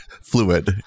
fluid